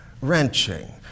wrenching